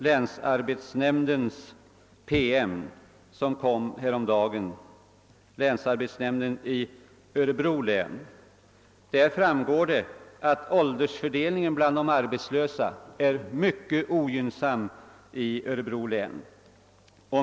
Länsarbetsnämnden i Örebro län publicerade häromdagen en PM av vilken framgår att åldersfördelningen bland de arbetslösa är mycket ogynnsam i Örebro län.